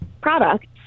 products